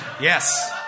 Yes